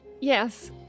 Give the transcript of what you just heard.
Yes